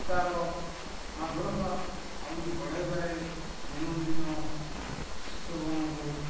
ତା'ର ମଧୁରତା ଆହୁରି ବଢ଼ାଇବାରେ ଦିନକୁ ଦିନ ଶିକ୍ଷକଗଣଙ୍କୁ